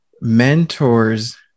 mentors